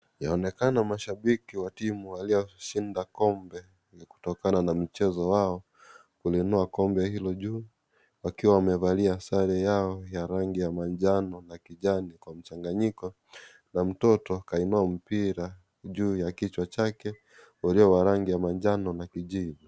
Yaonekana mashibiki wa timu walioshinda kombe yenye kutokana na mchezo wao kuinua kombe hilo juu ,wakiwa wamevalia sare yao ya rangi ya manjano na kijani kwa mchanganyiko na mtoto kainua mpira juu ya kichwa chake, waliovaa rangi ya manjano na kijivu.